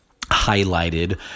highlighted